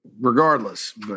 regardless